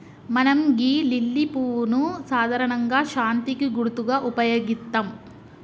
మనం గీ లిల్లీ పువ్వును సాధారణంగా శాంతికి గుర్తుగా ఉపయోగిత్తం